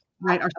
right